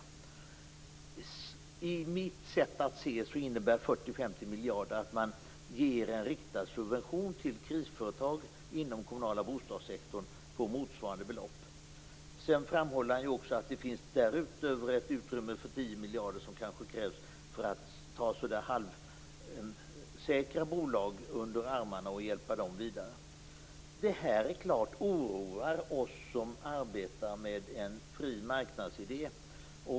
Enligt mitt sätt att se innebär det att man ger en riktad subvention till krisföretag inom den kommunala bostadssektorn på 40-50 miljarder. Han framhåller att det därutöver finns ett utrymme på 10 miljarder, som krävs för att hålla halvsäkra bolag under armarna och hjälpa dem vidare. Det är klart att detta oroar oss som arbetar med en fri marknadsidé.